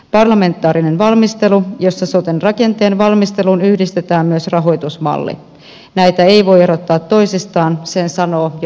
parlamentaarinen valmistelu jossa soten rakenteen valmisteluun yhdistetään myös rahoitusmalli näitä ei voi erottaa toisistaan sen sanoo jo maalaisjärkikin